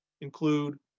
include